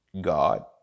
God